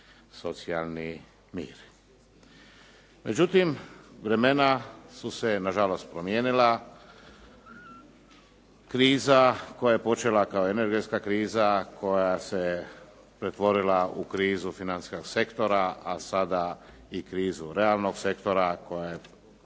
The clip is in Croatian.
socijalni mir. Međutim, vremena su se nažalost promijenila, kriza koja je počela kao energetska kriza koja se pretvorila u krizu financijskog sektora, a sada i krizu realnog sektora koja je